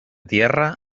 tierra